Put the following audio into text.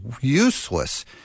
useless